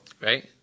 Right